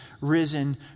risen